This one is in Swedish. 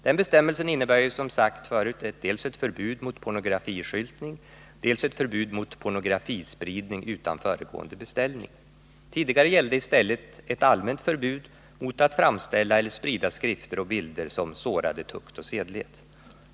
Den bestämmelsen innebär som sagt dels ett förbud mot pornografiskyltning, dels ett förbud mot pornografispridning utan föregående beställning. Tidigare gällde i stället ett allmänt förbud mot att framställa eller sprida skrifter och bilder som sårade ”tukt och sedlighet”.